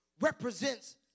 represents